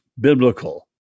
biblical